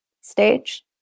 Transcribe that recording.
stage